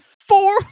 four